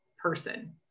person